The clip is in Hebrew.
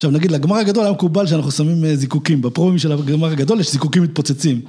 עכשיו נגיד, לגמרי הגדול היום קובל שאנחנו שמים זיקוקים בפרומים של הגמר הגדול יש זיקוקים מתפוצצים